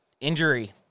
injury